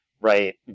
right